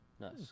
nice